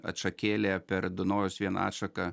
atšakėlė per dunojaus vieną atšaką